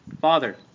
Father